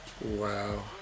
Wow